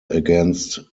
against